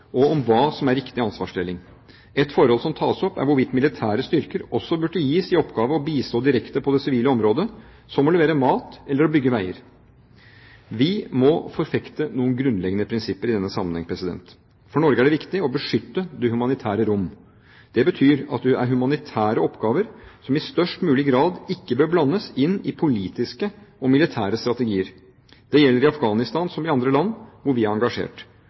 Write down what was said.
og om hva som er riktig ansvarsdeling. Ett forhold som tas opp, er hvorvidt militære styrker også burde gis i oppgave å bistå direkte på det sivile området – som å levere mat eller å bygge veier. Vi må forfekte noen grunnleggende prinsipper i denne sammenheng: For Norge er det viktig å beskytte det humanitære rom. Det betyr at det er humanitære oppgaver som i størst mulig grad ikke bør blandes inn i politiske og militære strategier. Det gjelder i Afghanistan som i andre land hvor vi er engasjert.